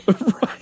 Right